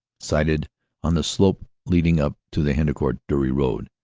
sited on the slope leading up to the hendecourt dury road.